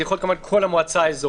זה יכול להיות כמובן כל המועצה האזורית,